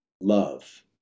love